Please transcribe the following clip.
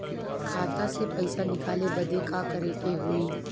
खाता से पैसा निकाले बदे का करे के होई?